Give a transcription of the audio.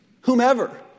whomever